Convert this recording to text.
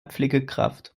pflegekraft